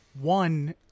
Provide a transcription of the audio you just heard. one